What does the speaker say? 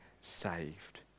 saved